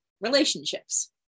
relationships